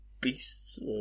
beasts